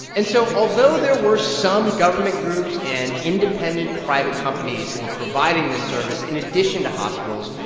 and so although there were some government groups and independent private companies who were providing this service in addition to hospitals,